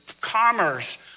commerce